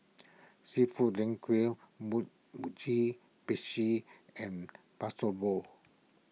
Seafood Linguine Mugi and